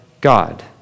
God